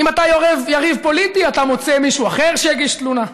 אם אתה יריב פוליטי אתה מוצא מישהו אחר שיגיש תלונה,